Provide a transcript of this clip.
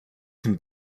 can